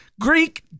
Greek